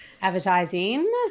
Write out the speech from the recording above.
advertising